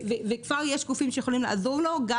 יש גופים שכבר יכולים לעזור לו גם